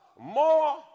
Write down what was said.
More